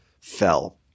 fell